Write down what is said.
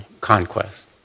conquest